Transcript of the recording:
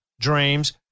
dreams